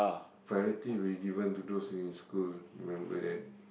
priority will given to those who in school remember that